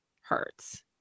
hurts